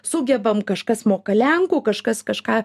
sugebam kažkas moka lenkų kažkas kažką